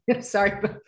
Sorry